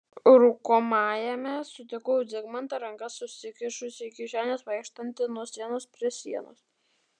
rūkomajame sutikau zigmantą rankas susikišusį į kišenes vaikštantį nuo sienos prie sienos